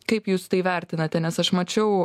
kaip jūs tai vertinate nes aš mačiau